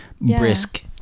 Brisk